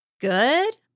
good